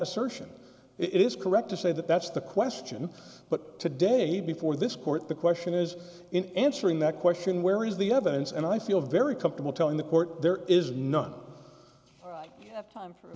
assertion it is correct to say that that's the question but today before this court the question is in answering that question where is the evidence and i feel very comfortable telling the court there is none of time